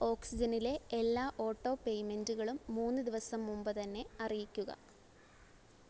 ഓക്സിജനിലെ എല്ലാ ഓട്ടോ പേയ്മെൻ്റുകളും മൂന്ന് ദിവസം മുമ്പ് തന്നെ അറിയിക്കുക